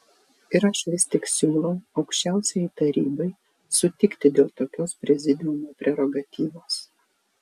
ir aš vis tik siūlau aukščiausiajai tarybai sutikti dėl tokios prezidiumo prerogatyvos